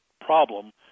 problem